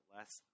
Last